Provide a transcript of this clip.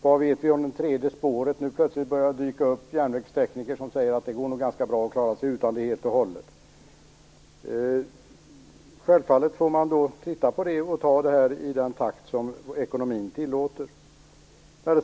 Vad vet vi om det tredje spåret? Nu börjar det plötsligt dyka upp järnvägstekniker som säger att det nog går ganska bra att klara sig utan det helt och hållet. Man får självfallet titta på det här och ta det i den takt som ekonomin tillåter.